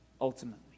ultimately